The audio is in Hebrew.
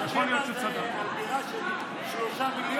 אז 1.7 על דירה של 3 מיליון,